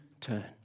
turn